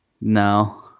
No